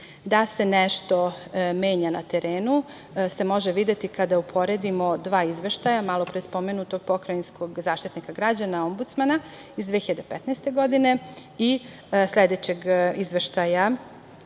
se nešto menja na terenu može se videti kada uporedimo dva izveštaja, malopre spomenutog Pokrajinskog zaštitnika građana - Ombudsmana iz 2015. godine i sledećeg izveštaja